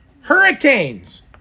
hurricanes